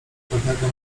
pewnego